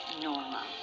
Norma